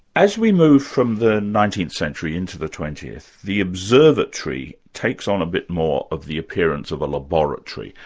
as we move from the nineteenth century into the twentieth, the observatory takes on a bit more of the appearance of a laboratory.